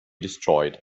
destroyed